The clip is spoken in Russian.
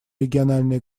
региональные